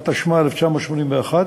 התשמ"א 1981,